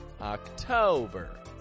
October